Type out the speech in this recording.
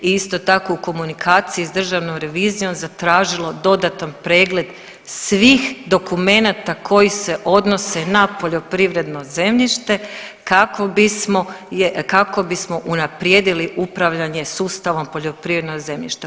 I isto tako u komunikaciji s Državnom revizijom zatražilo dodatan pregled svih dokumenata koji se odnose na poljoprivredno zemljište kako bismo unaprijedili upravljanje sustavom poljoprivrednog zemljišta.